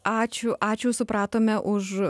ačiū ačiū supratome už